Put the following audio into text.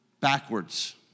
Backwards